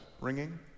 ringing